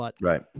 Right